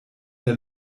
der